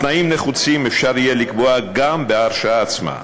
תנאים נחוצים אפשר יהיה לקבוע גם בהרשאה עצמה,